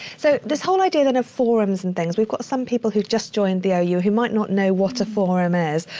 so this whole idea then of forums and things, we've got some people who have just joined the yeah ou who might not know what a forum is.